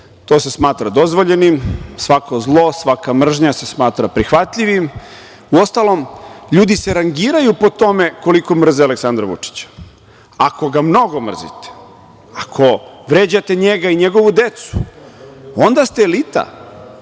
To se smatra dozvoljenim. Svako zlo, svaka mržnja se smatra prihvatljivim. Uostalom, ljudi se rangiraju po tome koliko mrze Aleksandra Vučića. Ako ga mnogo mrzite, ako vređate njega i njegovu decu, onda ste elita,